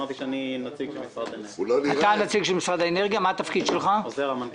אני נציג של משרד האנרגיה, אני עוזר המנכ"ל.